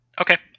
okay